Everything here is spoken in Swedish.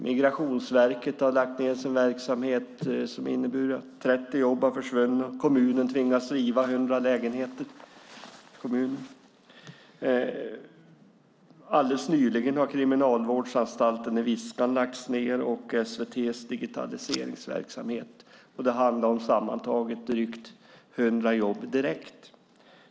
Migrationsverket har lagt ned sin verksamhet vilket har inneburit att 30 jobb försvunnit, och kommunen har tvingats riva 100 lägenheter. Alldeles nyligen har kriminalvårdsanstalten i Viskan och SVT:s digitaliseringsverksamhet lagts ned. Det handlar om sammantaget drygt 100 jobb direkt.